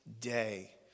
day